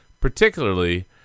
Particularly